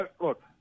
Look